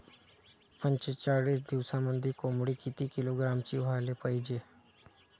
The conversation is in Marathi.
पंचेचाळीस दिवसामंदी कोंबडी किती किलोग्रॅमची व्हायले पाहीजे?